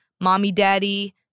mommy-daddy